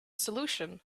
solution